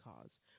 cause